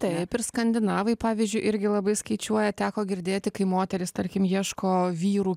taip ir skandinavai pavyzdžiui irgi labai skaičiuoja teko girdėti kai moterys tarkim ieško vyrų